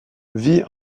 vit